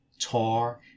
tar